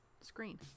screen